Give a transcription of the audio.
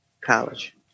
college